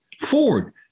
Ford